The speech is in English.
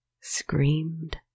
screamed